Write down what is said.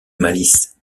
malice